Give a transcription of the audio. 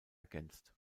ergänzt